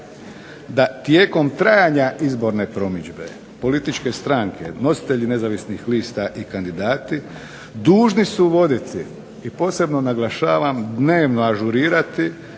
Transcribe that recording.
da tijekom trajanja izborne promidžbe političke stranke, nositelji nezavisnih lista i kandidati dužni su voditi i posebno naglašavam dnevno ažurirati